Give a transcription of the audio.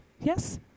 Yes